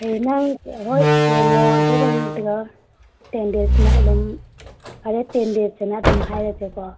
ꯑꯦ ꯅꯪ ꯍꯣꯏ ꯌꯦꯡꯉꯣ ꯑꯗꯨꯒ ꯇꯦꯟ ꯗꯦꯖꯃꯨꯛ ꯑꯗꯨꯝ ꯐꯔꯦ ꯇꯦꯟ ꯗꯦꯖꯑꯅ ꯑꯗꯨꯝ ꯍꯥꯏꯔꯁꯦꯀꯣ